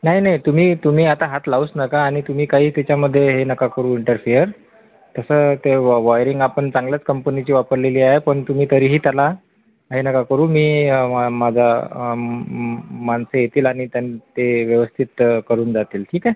नाही नाही तुम्ही तुम्ही आता हात लावूच नका आणि तुम्ही काही त्याच्यामध्ये हे नका करू इंटरफिअर तसं ते वॉ वॉयरिंग आपण चांगल्याच कंपनीची वापरलेली आहे पण तुम्ही तरीही त्याला हे नका करू मी मा माझा माणसे येतील आणि त्यां ते व्यवस्थित करून जातील ठीक आहे